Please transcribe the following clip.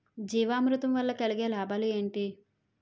జీవామృతం వల్ల కలిగే లాభాలు ఏంటి?